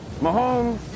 mahomes